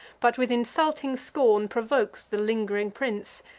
but with insulting scorn provokes the ling'ring prince,